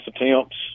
attempts